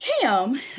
Cam